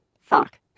fuck